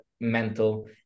mental